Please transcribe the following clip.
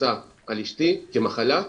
התייחסה לאשתי כמחלה.